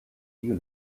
you